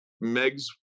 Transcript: Meg's